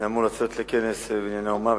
אני אמור לצאת לכנס ב"בנייני האומה",